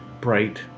bright